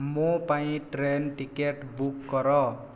ମୋ ପାଇଁ train ticket book କର